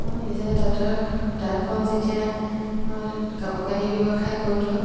মই নিজে তাঁতৰ তাঁত বওঁ যেতিয়া মই কাপোৰ কানি ব্যৱসায় কৰোঁ ধৰক